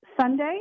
Sunday